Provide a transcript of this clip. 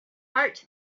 heart